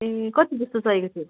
ए कति जस्तो चाहिएको थियो